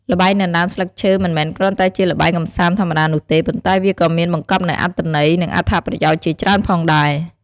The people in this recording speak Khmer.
ល្បែងដណ្ដើមស្លឹកឈើ មិនមែនគ្រាន់តែជាល្បែងកម្សាន្តធម្មតានោះទេ ប៉ុន្តែវាក៏មានបង្កប់នូវអត្ថន័យ និងអត្ថប្រយោជន៍ជាច្រើនផងដែរ។